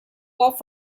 off